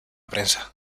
prensa